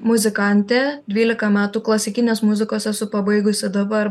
muzikantė dvylika metų klasikinės muzikos esu pabaigusi dabar